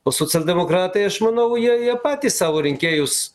o socialdemokratai aš manau jie jie patys savo rinkėjus